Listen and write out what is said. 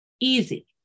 easy